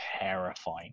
terrifying